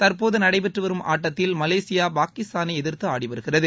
தற்போது நடைபெற்று வரும் ஆட்டத்தில் மலேசியா பாகிஸ்தானை எதிர்த்து ஆடி வருகிறது